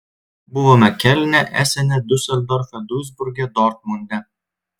buvome kelne esene diuseldorfe duisburge dortmunde